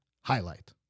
highlight